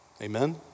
Amen